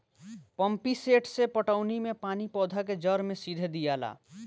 pump set से पटौनी मे पानी पौधा के जड़ मे सीधे दियाला